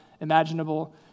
imaginable